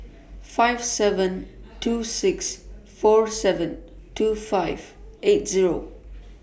five seven two six four seven two five eight Zero